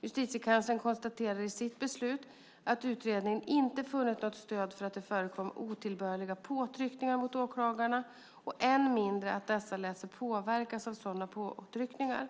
Justitiekanslern konstaterar i sitt beslut att utredningen inte funnit något stöd för att det förekom otillbörliga påtryckningar mot åklagarna och än mindre att dessa lät sig påverkas av sådana påtryckningar.